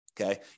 Okay